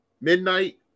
midnight